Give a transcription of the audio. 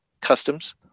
Customs